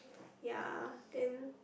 ya then